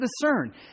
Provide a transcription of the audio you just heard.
discern